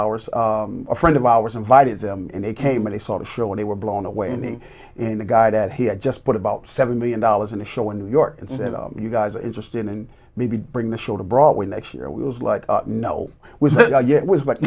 ours a friend of ours invited them and they came and i saw the show when they were blown away me and a guy that he had just put about seven million dollars in a show in new york and said you guys are interested in and maybe bring the show to broadway next year it was like no which was but